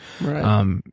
Right